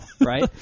right